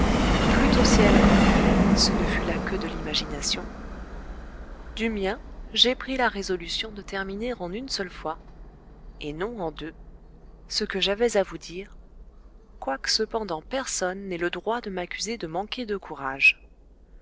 du mien j'ai pris la résolution de terminer en une seule fois et non en deux ce que j'avais à vous dire quoique cependant personne n'ait le droit de m'accuser de manquer de courage